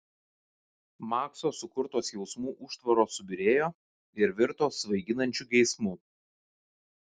makso sukurtos jausmų užtvaros subyrėjo ir virto svaiginančiu geismu